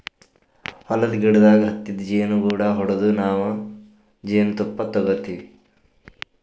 ಹೊಲದ್ದ್ ಗಿಡದಾಗ್ ಹತ್ತಿದ್ ಜೇನುಗೂಡು ಹೊಡದು ನಾವ್ ಜೇನ್ತುಪ್ಪ ತಗೋತಿವ್